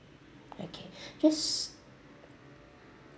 okay just